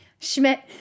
Schmidt